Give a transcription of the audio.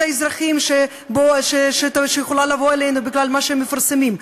האזרחים שיכולה לבוא עלינו בגלל מה שהם מפרסמים.